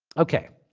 ok.